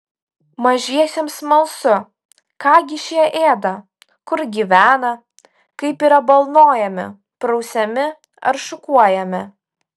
mažiesiems smalsu ką gi šie ėda kur gyvena kaip yra balnojami prausiami ar šukuojami